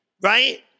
right